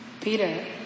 Peter